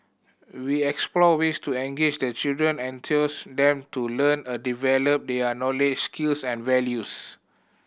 we explore ways to engage the children and enthuse them to learn a develop their knowledge skills and values